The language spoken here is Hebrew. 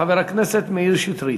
חבר הכנסת מאיר שטרית.